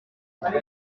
her